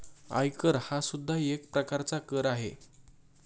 आयकर हा सुद्धा एक प्रकारचा कर आहे